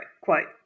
quote